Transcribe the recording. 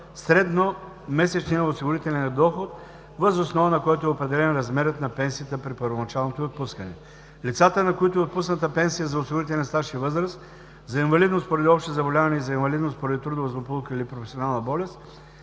средномесечният осигурителен доход, въз основа на който е определен размерът на пенсията при първоначалното ѝ отпускане. Лицата, на които е отпусната пенсия за осигурителен стаж и възраст, за инвалидност поради общо заболяване и за инвалидност поради трудова злополука или професионална болест,